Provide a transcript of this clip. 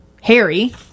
harry